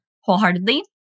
wholeheartedly